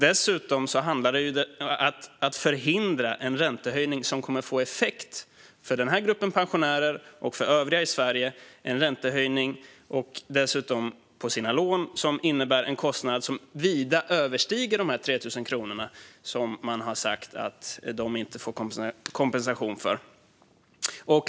Dessutom handlar det om att förhindra en räntehöjning som kommer att få effekt för denna grupp av pensionärer och för övriga i Sverige. Jag talar om en räntehöjning på människors lån som innebär en kostnad som vida överstiger de 3 000 kronor som man har sagt att de inte får kompensation för.